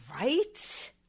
Right